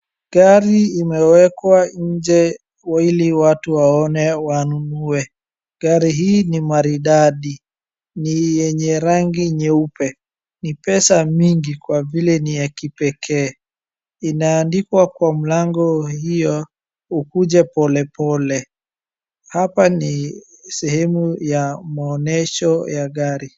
Gari imewekwa nje ili watu waone wanunue. Gari hii ni maridadi, ni yenye rangi nyeupe. Ni pesa mingi kwa vile ni ya kipekee. Inaandikwa kwa mlango hiyo ukuje polepole. Hapa ni sehemu ya maonyesho ya gari.